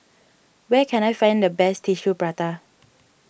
where can I find the best Tissue Prata